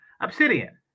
Obsidian